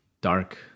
dark